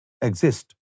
exist